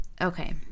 Okay